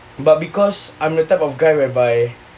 but because I'm the type of guy whereby